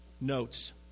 notes